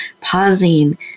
pausing